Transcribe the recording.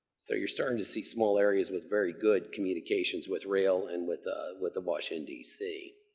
so, you're starting to see small areas with very good communications with rail and with ah with the washington, d c.